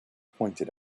pointed